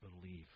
believe